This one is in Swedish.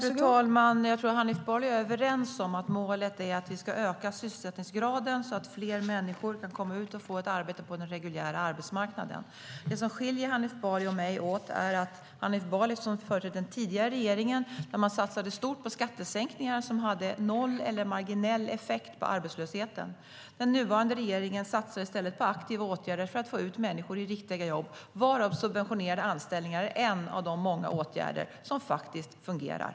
Fru talman! Jag tror att Hanif Bali och jag är överens om att målet är att öka sysselsättningsgraden så att fler människor kan få ett arbete på den reguljära arbetsmarknaden. Det som skiljer Hanif Bali och mig åt är att Hanif Bali företräder den tidigare regeringen som satsade stort på skattesänkningar som hade noll eller marginell effekt på arbetslösheten. Den nuvarande regeringen satsar i stället på aktiva åtgärder för att få ut människor i riktiga jobb, varav subventionerade anställningar är en av de många åtgärder som faktiskt fungerar.